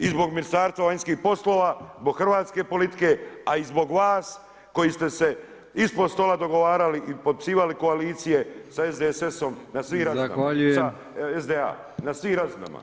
I zbog Ministarstva vanjskih poslova, zbog hrvatske politike, a i zbog vas koji ste se ispod stola dogovarali i potpisivali koalicije sa SDSS-om na svim razinama.